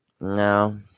no